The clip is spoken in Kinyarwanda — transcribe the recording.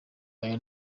aya